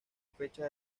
fecha